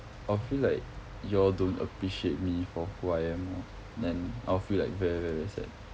I'll feel like you all don't appreciate me for who I am lah then I'll feel like very very very sad